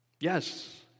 Yes